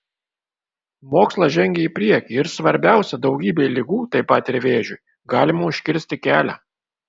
mokslas žengia į priekį ir svarbiausia daugybei ligų taip pat ir vėžiui galima užkirsti kelią